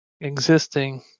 existing